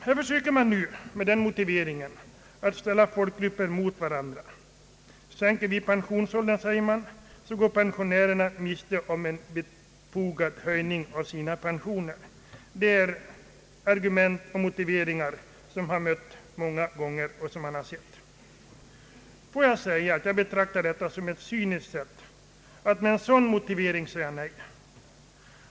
Här försöker utskottet att med denna motivering ställa folkgrupper mot varandra — sänker vi pensionsåldern, sägs det, går pensionärerna miste om en befogad höjning av sina pensioner. Det är argument som vi har mött många Om sänkning av pensionsåldern, m.m. gånger tidigare. Jag betraktar det som cyniskt att med en sådan motivering säga nej.